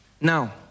Now